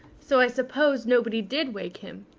so i suppose nobody did wake him.